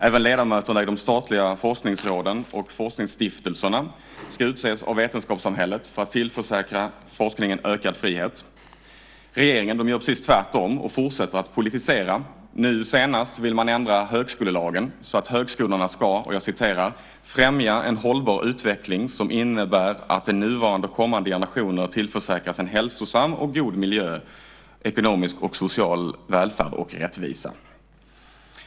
Även ledamöterna i de statliga forskningsråden och forskningsstiftelserna ska utses av vetenskapssamhället för att tillförsäkra forskningen ökad frihet. Regeringen gör precis tvärtom och fortsätter att politisera. Nu vill man ändra högskolelagen, så att högskolorna ska "främja en hållbar utveckling som innebär att nuvarande och kommande generationer tillförsäkras en hälsosam och god miljö, ekonomisk och social välfärd och rättvisa".